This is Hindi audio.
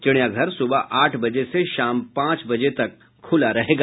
चिड़ियाघर सुबह आठ बजे से शाम पांच बजे तक खुला रहेगा